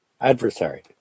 Adversary